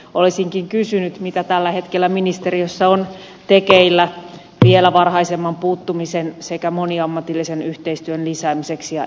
olisinkin kysynyt mitä tällä hetkellä ministeriössä on tekeillä vielä varhaisemman puuttumisen sekä moniammatillisen yhteistyön lisäämiseksi ja edelleen kehittämiseksi